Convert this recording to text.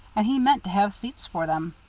and he meant to have seats for them.